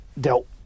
dealt